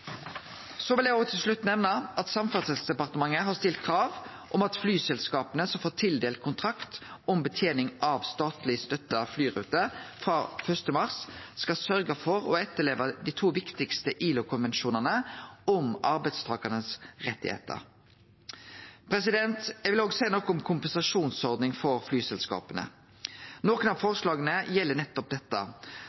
Eg vil til slutt nemne at Samferdselsdepartementet har stilt krav om at flyselskapa som får tildelt kontrakt om betjening av statleg støtta flyruter frå 1. mars, skal sørgje for å etterleve dei to viktigaste ILO-konvensjonane om arbeidstakarane sine rettar. Eg vil òg seie noko om kompensasjonsordning for flyselskapa. Nokre av